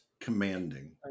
commanding